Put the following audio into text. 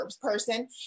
person